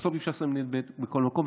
ובסוף אי-אפשר לשים ניידת בכל מקום,